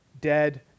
dead